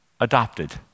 adopted